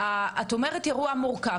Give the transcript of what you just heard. את אומרת שזה אירוע מורכב.